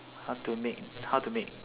how to make how to make